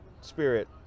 spirit